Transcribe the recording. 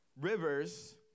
Rivers